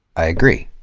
i agree.